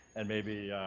and maybe